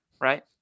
right